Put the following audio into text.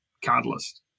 catalyst